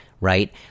right